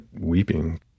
weeping